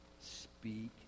Speak